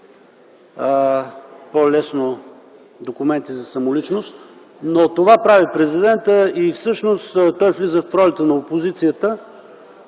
по-лесно документи за самоличност. Но това прави Президентът и всъщност той влиза в ролята на опозицията,